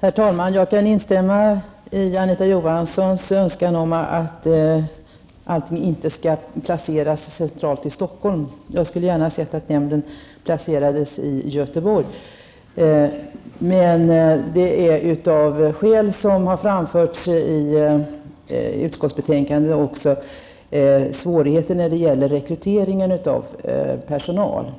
Herr talman! Jag kan instämma i Anita Johanssons önskan att allting inte skall placeras centralt i Stockholm. Jag skulle gärna ha sett att nämnden placerats i Göteborg. Skälen till att det inte blir så har framförts i utskottsbetänkandet. Det gäller också svårigheter med rekrytering av personal.